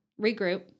regroup